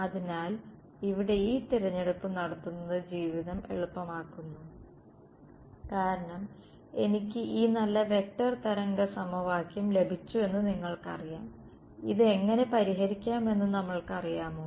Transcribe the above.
അതിനാൽ ഇവിടെ ഈ തിരഞ്ഞെടുപ്പ് നടത്തുന്നത് ജീവിതം എളുപ്പമാക്കുന്നു കാരണം എനിക്ക് ഈ നല്ല വെക്റ്റർ തരംഗ സമവാക്യം ലഭിച്ചുവെന്ന് നിങ്ങൾക്കറിയാം ഇത് എങ്ങനെ പരിഹരിക്കാമെന്ന് നമ്മൾക്ക് അറിയാമോ